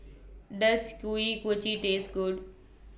Does Kuih Kochi Taste Good